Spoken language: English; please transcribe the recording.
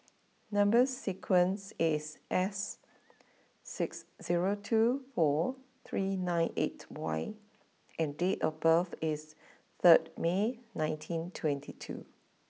number sequence is S six zero two four three nine eight Y and date of birth is third May nineteen twenty two